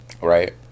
Right